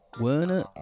Werner